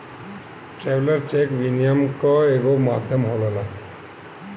traveller cheque विनिमय कअ एगो माध्यम होला